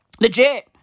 Legit